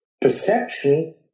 perception